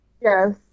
Yes